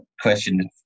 question